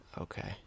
okay